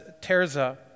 Terza